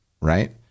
right